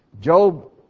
Job